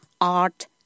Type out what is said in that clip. art